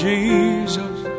Jesus